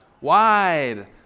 Wide